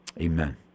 Amen